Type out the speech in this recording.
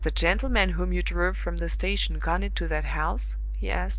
has the gentleman whom you drove from the station gone into that house? he asked.